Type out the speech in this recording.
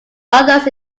others